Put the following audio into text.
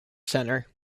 center